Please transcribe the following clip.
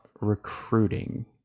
recruiting